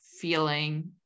feeling